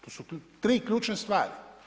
To su tri ključne stvari.